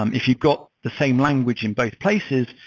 um if you've got the same language in both places,